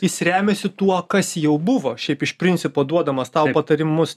jis remiasi tuo kas jau buvo šiaip iš principo duodamas tau patarimus